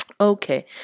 Okay